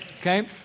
Okay